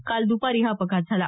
काल दुपारी हा अपघात झाला